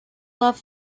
love